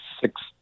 six